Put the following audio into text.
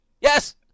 Yes